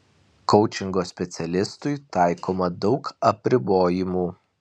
koučingo specialistui taikoma daug apribojimų